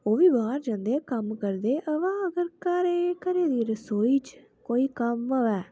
ओह् बी बाहर जंदे कम्म करदे अवा अगर घरे दी रसोई च कोई कम्म होवे